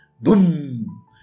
boom